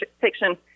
section